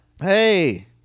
Hey